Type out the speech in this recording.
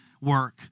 work